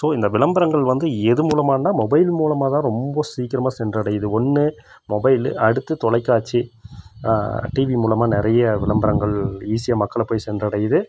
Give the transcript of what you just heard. so இந்த விளம்பரங்கள் வந்து எது மூலமான மொபைல் மூலமாக தான் ரொம்ப சீக்கரமாக சென்றடையிது ஒன்று மொபைல்லு அடுத்து தொலைக்காட்சி டிவி மூலமா நிறைய விளம்பரங்கள் ஈஸியாக மக்கள போய் சென்றடையிது